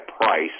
price